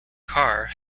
car